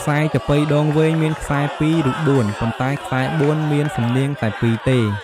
ខ្សែចាប៉ីដងវែងមានខ្សែ២ ឬ៤ ប៉ុន្ដែខ្សែ ៤ មានសំនៀងតែ ២ ទេ។